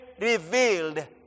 revealed